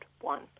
one